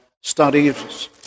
studies